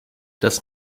das